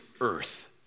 earth